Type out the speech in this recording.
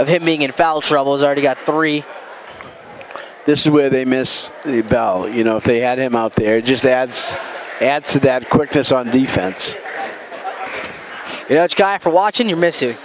is already got three this is where they miss the bell you know if they had him out there just adds add to that quick kiss on the fence after watching you miss